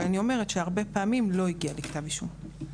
אבל אני אומרת שהרבה פעמים לא הגיע לכתב אישום.